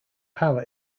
power